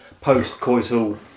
post-coital